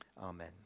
amen